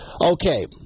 Okay